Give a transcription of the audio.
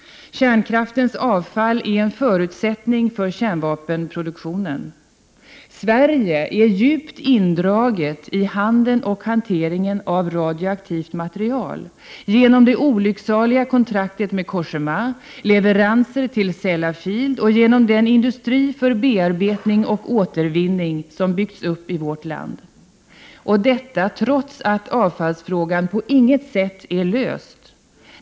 Kärnkraftens avfall är en förutsättning för kärnvapenproduktionen. Sverige är djupt indraget i handeln med och hanteringen av radioaktivt material genom det olycksaliga kontraktet med Cogéma, genom leveranser till Sellafield och genom den industri för bearbetning och återvinning som byggts upp i vårt land — och detta trots att avfallsfrågan på inget sätt är löst.